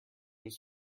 was